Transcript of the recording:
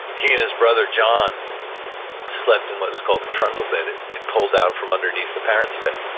he and his brother john slept in what was called a trundle bed. it it pulled out from underneath the parents' bed.